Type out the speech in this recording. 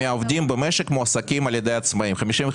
במקום